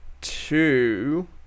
two